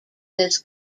this